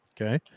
Okay